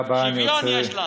שוויון יש לנו.